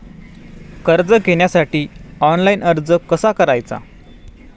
कर्ज घेण्यासाठी ऑनलाइन अर्ज कसा करायचा?